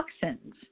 toxins